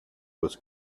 was